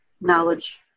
knowledge